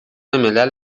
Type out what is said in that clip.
ملل